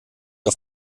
auf